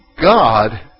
God